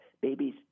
Babies